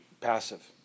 passive